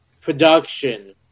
production